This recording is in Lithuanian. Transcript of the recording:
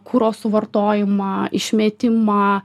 kuro suvartojimą išmetimą